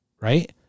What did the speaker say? right